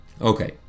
Okay